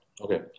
okay